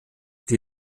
die